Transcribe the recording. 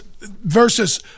versus